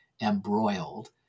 embroiled